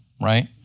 right